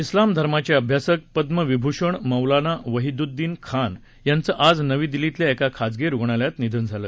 इस्लाम धर्माचे अभ्यासक पद्मविभूषण मौलाना वाहीद्वद्वीन खान यांचं आज नवी दिल्लीतल्या एका खाजगी रुग्णालयात निधन झालं